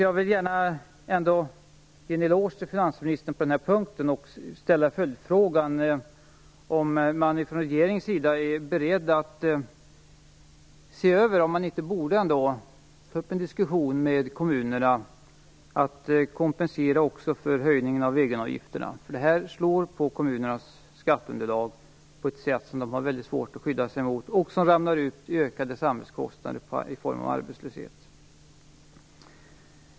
Jag vill ändå ge en eloge till finansministern på den här punkten och ställa följdfrågan om man från regeringens sida är beredd att ta upp en diskussion med kommunerna om en kompensation också för höjningen av egenavgifterna. Egenavgifterna slår nämligen på kommunernas skatteunderlag på ett sätt som de har väldigt svårt att skydda sig mot och som leder till ökade samhällskostnader i form av arbetslöshet.